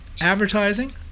advertising